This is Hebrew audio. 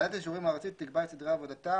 (ב)ועדת האישורים הארצית תקבע את סדרי עבודתה,